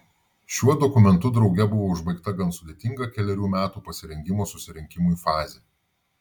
šiuo dokumentu drauge buvo užbaigta gan sudėtinga kelerių metų pasirengimo susirinkimui fazė